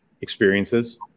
experiences